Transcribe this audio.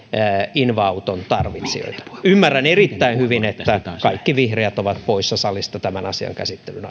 inva auton tarvitsijoita ymmärrän erittäin hyvin että kaikki vihreät ovat poissa salista tämän asian käsittelyn